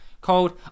called